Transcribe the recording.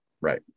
Right